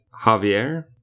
Javier